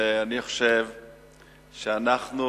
אני חושב שאנחנו,